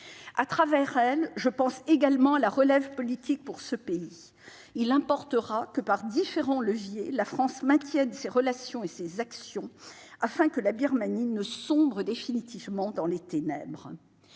À travers elle, je pense également à la relève politique de ce pays. Il importera que, par différents leviers, la France maintienne ses relations et ses actions dans ce pays, afin que la Birmanie ne sombre pas définitivement dans les ténèbres.